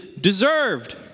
deserved